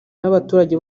n’abaturage